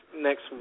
next